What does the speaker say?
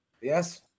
Yes